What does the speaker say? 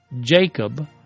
Jacob